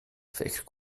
فکر